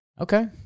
Okay